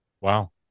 Wow